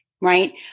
right